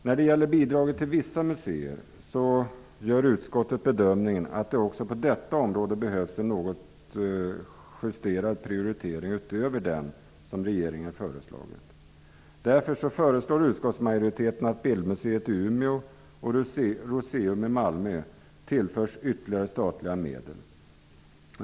När det gäller anslaget Bidrag till vissa museer gör utskottet bedömningen att den prioritering som regeringen har föreslagit behöver justeras. Därför föreslår utskottsmajoriteten att Bildmuseet i Umeå och Rooseum i Malmö tillförs ytterligare statliga medel.